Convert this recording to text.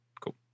Cool